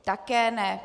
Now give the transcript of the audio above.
Také ne.